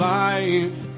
life